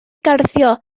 garddio